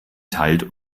teilt